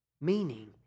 Meaning